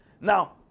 Now